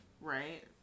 right